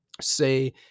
say